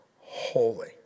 holy